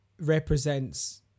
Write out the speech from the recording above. represents